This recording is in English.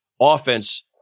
offense